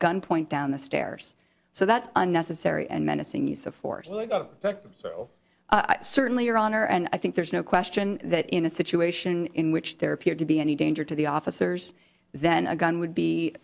gunpoint down the stairs so that's unnecessary and menacing use of force but i certainly your honor and i think there's no question that in a situation in which there appeared to be any danger to the officers then a gun would be